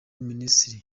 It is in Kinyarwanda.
minisitiri